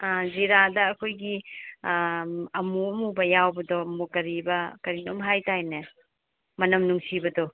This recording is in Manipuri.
ꯑꯥ ꯖꯤꯔꯥꯗ ꯑꯩꯈꯣꯏꯒꯤ ꯑꯥ ꯑꯃꯨ ꯑꯃꯨꯕ ꯌꯥꯎꯕꯗꯣ ꯀꯔꯤꯌꯦꯕ ꯀꯔꯤꯅꯣꯃ ꯍꯥꯏꯕꯇꯥꯏꯅꯦ ꯃꯅꯝ ꯅꯨꯡꯁꯤꯕꯗꯣ